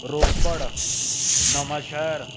Ropar Nawanshahr